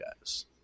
guys